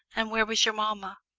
and where was your mamma?